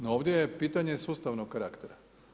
No, ovdje je pitanje sustavnog karaktera.